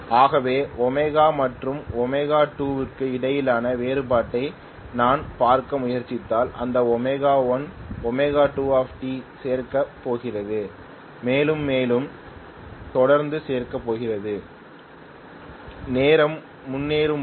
ஆகவே ω மற்றும் ω2 க்கு இடையிலான வேறுபாட்டை நான் பார்க்க முயற்சித்தால் அந்த ω1 ω2t சேர்க்கப் போகிறது மேலும் மேலும் தொடர்ந்து சேர்க்கப்படுகிறது நேரம் முன்னேறும் போது